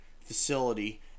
facility